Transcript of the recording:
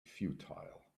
futile